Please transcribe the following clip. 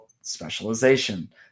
specialization